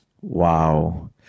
Wow